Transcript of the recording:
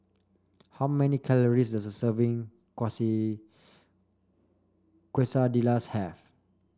how many calories does serving Quesadillas have